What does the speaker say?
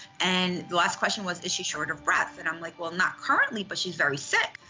and the last question was, is she short of breath? and i'm like, well, not currently, but she's very sick.